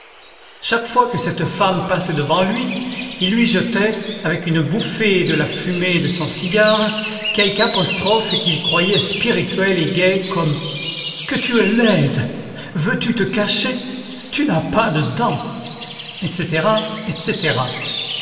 chaque fois que cette femme passait devant lui il lui jetait avec une bouffée de la fumée de son cigare quelque apostrophe qu'il croyait spirituelle et gaie comme que tu es laide veux-tu te cacher tu n'as pas de dents etc etc